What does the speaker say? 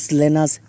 learners